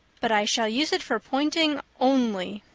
but i shall use it for pointing only.